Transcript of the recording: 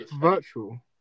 virtual